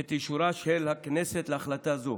את אישורה של הכנסת להחלטה זו.